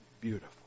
beautiful